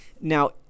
Now